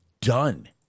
done